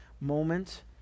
moment